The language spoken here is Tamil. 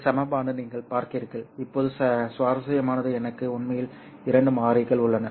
இந்த சமன்பாடு நீங்கள் பார்க்கிறீர்கள் இப்போது சுவாரஸ்யமானது எனக்கு உண்மையில் இரண்டு மாறிகள் உள்ளன